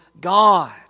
God